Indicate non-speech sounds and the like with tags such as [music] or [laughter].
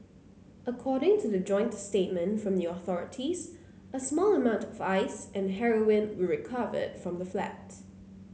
according to the joint statement from [unintelligible] authorities a small amount of Ice and heroin were recovered it from the flat